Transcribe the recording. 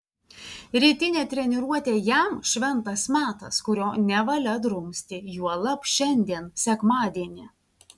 rytinė treniruotė jam šventas metas kurio nevalia drumsti juolab šiandien sekmadienį